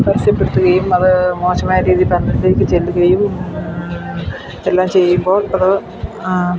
പരസ്യപ്പെടുത്തുകയും അത് മോശമായ രീതി പബ്ലിക്കിലേക്ക് ചെല്ലുകയും ഉണ്ട് എല്ലാം ചെയ്യുമ്പോൾ അത് ആ